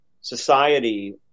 society